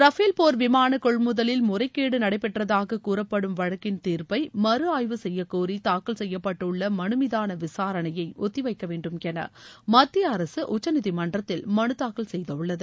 Rafale போர் விமான கொள்முதலில் முறைகேடு நடைபெற்றதாக கூறப்படும் வழக்கின் தீர்ப்பை மறு ஆய்வு செய்யக் கோரி தாக்கல் செய்யப்பட்டுள்ள மனு மீதான விசாரணையை ஒத்தி வைக்க வேண்டும் என மத்திய அரசு உச்சநீதிமன்றத்தில் மனு தாக்கல் செய்துள்ளது